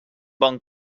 bon